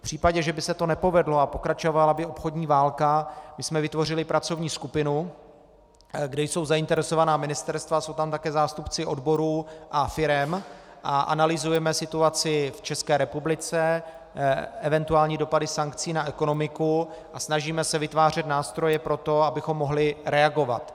V případě, že by se to nepovedlo, a pokračovala by obchodní válka, my jsme vytvořili pracovní skupinu, kde jsou zainteresovaná ministerstva, jsou tam také zástupci odborů a firem, a analyzujeme situaci v České republice, eventuální dopady sankcí na ekonomiku, a snažíme se vytvářet nástroje pro to, abychom mohli reagovat.